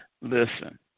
Listen